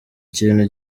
ikintu